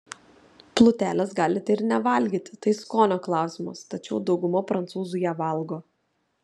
plutelės galite ir nevalgyti tai skonio klausimas tačiau dauguma prancūzų ją valgo